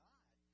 God